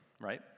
right